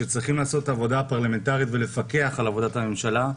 שצריכים לעשות עבודה פרלמנטרית ולפקח על עבודת הממשלה,